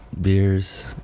beers